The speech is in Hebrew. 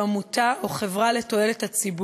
ולקבוע מעמד יציג לארגון שהוא עמותה או חברה לתועלת הציבור,